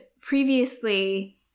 previously